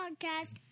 podcast